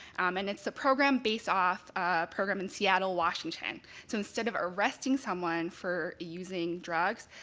and it's a program based off a program in seattle, washington. so instead of arresting someone for using drugs,